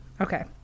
okay